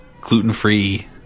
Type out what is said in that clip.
gluten-free